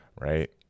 Right